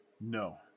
No